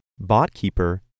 Botkeeper